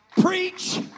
preach